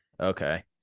Okay